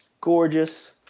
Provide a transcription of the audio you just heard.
gorgeous